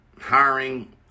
hiring